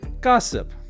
Gossip